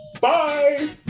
Bye